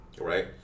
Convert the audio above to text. right